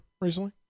recently